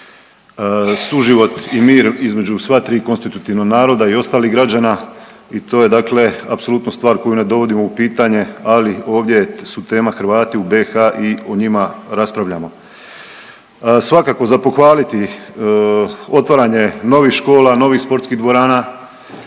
suživot i mir između sva tri konstitutivna naroda i ostalih građana i to je dakle apsolutno stvar koju ne dovodimo u pitanje, ali ovdje su tema Hrvati u BiH i o njima raspravljamo. Svakako za pohvaliti otvaranje novih škola, novih sportskih dvorana,